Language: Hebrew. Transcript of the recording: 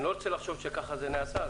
אני לא רוצה לחשוב שככה זה נעשה.